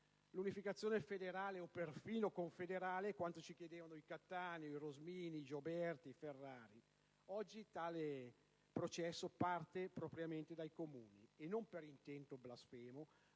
L'unificazione federale, o perfino confederale, è quanto ci chiedevano i Cattaneo, i Rosmini, i Gioberti, i Ferrari. Oggi, tale processo parte propriamente dai Comuni, e non per intento blasfemo,